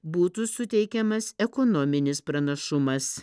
būtų suteikiamas ekonominis pranašumas